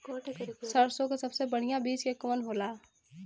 सरसों क सबसे बढ़िया बिज के कवन होला?